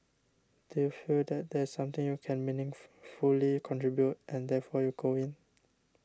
do you feel that there's something you can meaning fully contribute and therefore you go in